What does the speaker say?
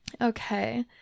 okay